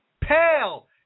pale